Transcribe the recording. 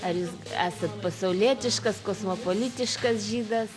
ar jūs esate pasaulietiškas kosmopolitiškas žydas